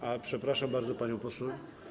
A przepraszam bardzo panią poseł.